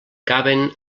caben